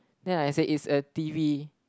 then I said it's a T_V